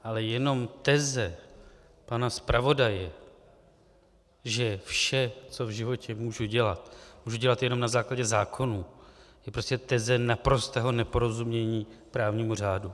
Ale jenom teze pana zpravodaje, že vše, co v životě můžu dělat, můžu dělat jenom na základě zákonů, je prostě teze naprostého neporozumění právního řádu.